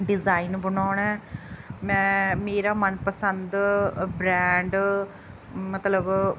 design ਬਣਾਉਣਾ ਮੈਂ ਮੇਰਾ ਮਨ ਪਸੰਦ ਬ੍ਰੈਂਡ ਮਤਲਬ